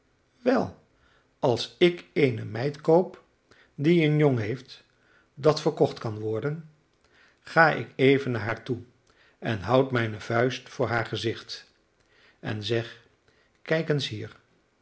wel als ik eene meid koop die een jong heeft dat verkocht kan worden ga ik even naar haar toe en houd mijne vuist voor haar gezicht en zeg kijk eens hier